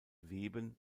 weben